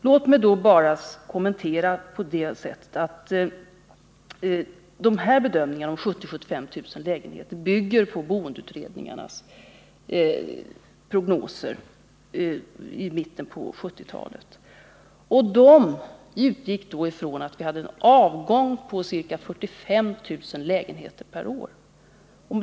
Låt mig till detta bara göra den kommentaren att den senare bedömningen bygger på boendeutredningarnas prognoser i mitten på 1970-talet. Utredningarna utgick från att vi hade ett bortfall på ca 45 000 lägenheter per år.